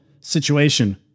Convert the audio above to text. situation